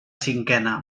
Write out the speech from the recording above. cinquena